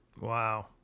Wow